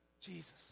Jesus